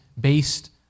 based